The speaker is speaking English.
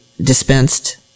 dispensed